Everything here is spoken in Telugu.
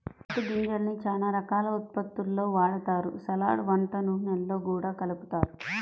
పత్తి గింజల్ని చానా రకాల ఉత్పత్తుల్లో వాడతారు, సలాడ్, వంట నూనెల్లో గూడా కలుపుతారు